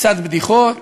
קצת בדיחות.